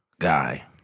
guy